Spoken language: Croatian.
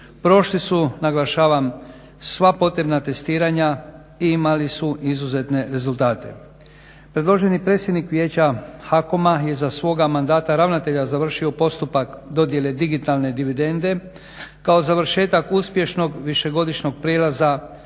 Prošli su naglašavam sva potrebna testiranja i imali su izuzetne rezultate. Predloženi predsjednik Vijeća HAKOM-a za svoga mandata ravnatelja završio postupak dodjele digitalne dividende kao završetak uspješnog višegodišnjeg prijelaza na